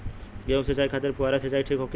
गेहूँ के सिंचाई खातिर फुहारा सिंचाई ठीक होखि?